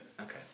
Okay